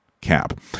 cap